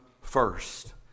first